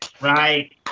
right